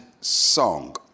song